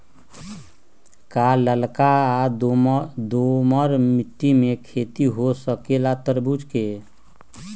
का लालका दोमर मिट्टी में खेती हो सकेला तरबूज के?